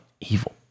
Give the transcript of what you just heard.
evil